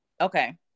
okay